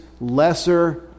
lesser